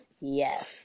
Yes